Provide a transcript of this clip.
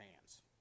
hands